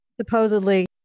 supposedly